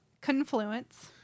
confluence